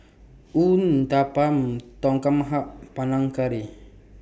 Uthapam Tom Kha Gai Panang Curry